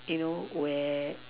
you know where